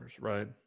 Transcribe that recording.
right